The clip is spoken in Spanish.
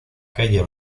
calle